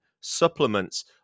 supplements